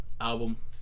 album